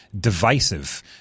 divisive